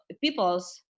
peoples